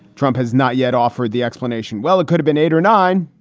trump has not yet offered the explanation, well, it could have been eight or nine,